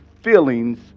feelings